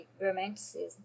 romanticism